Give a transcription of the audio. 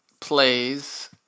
plays